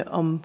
om